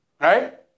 right